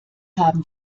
haben